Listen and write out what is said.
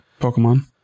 pokemon